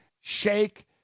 shake